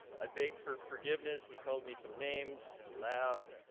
i begged for forgiveness, he called me some names, he laughed,